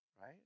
Right